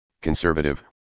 conservative